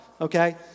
Okay